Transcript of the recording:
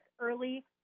early